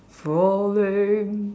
falling